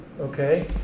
Okay